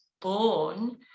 born